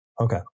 Okay